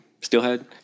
Steelhead